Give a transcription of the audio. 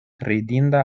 ridinda